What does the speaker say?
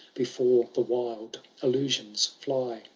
before the wild illusions fly.